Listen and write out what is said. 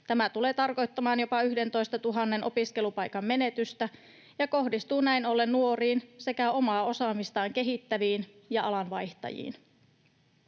tämä tulee tarkoittamaan jopa 11 000 opiskelupaikan menetystä ja kohdistuu näin ollen nuoriin sekä omaa osaamistaan kehittäviin ja alanvaihtajiin.